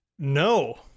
No